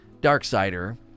Darksider